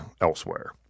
elsewhere